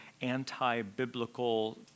anti-biblical